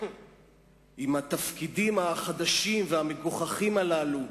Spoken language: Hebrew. עם התפקידים החדשים והמגוחכים הללו,